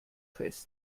fest